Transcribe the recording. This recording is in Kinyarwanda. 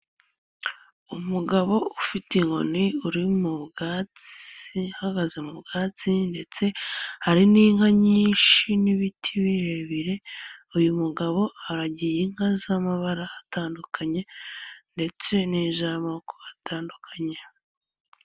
Umugabo ufite inkoni uri mu byatsi, ahagaze mu bwatsi ndetse hari n'inka nyinshi n'ibiti birebire, uyu mugabo aragiye inka z'amabara atandukanye ndetse niz'amoko atandukanye.